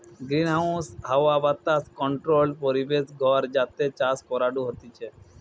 greenhouse হাওয়া বাতাস controlled পরিবেশ ঘর যাতে চাষ করাঢু হতিছে